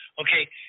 Okay